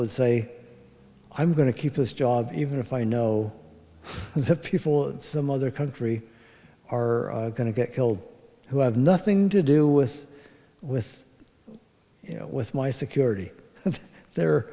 would say i'm going to keep his job even if i know the people in some other country are going to get killed who have nothing to do with with with my security